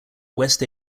west